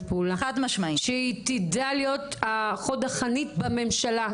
פעולה שהיא תדע להיות חוד החנית בממשלה,